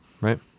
Right